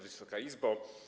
Wysoka Izbo!